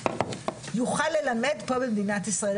יוכל ללמד פה במדינת ישראל.